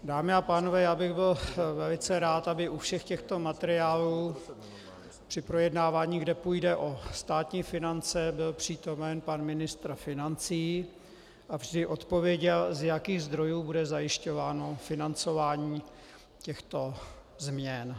Dámy a pánové, já bych byl velice rád, aby u všech těchto materiálů při projednávání, kde půjde o státní finance, byl přítomen pan ministr financí, aby odpověděl, z jakých zdrojů bude zajišťováno financování těchto změn.